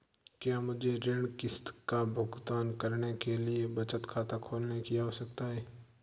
क्या मुझे ऋण किश्त का भुगतान करने के लिए बचत खाता खोलने की आवश्यकता है?